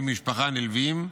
בני משפחה נלווים,